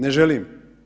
Ne želim.